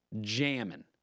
Jamming